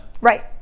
Right